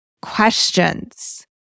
questions